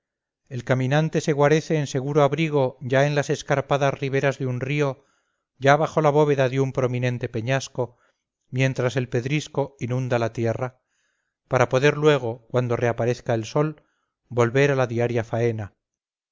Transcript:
el caminante se guarece en seguro abrigo ya en las escarpadas riberas de un río ya bajo la bóveda de un prominente peñasco mientras el pedrisco inunda la tierra para poder luego cuando reaparezca el sol volver a la diaria faena